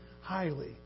highly